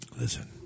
Listen